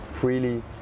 freely